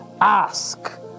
ask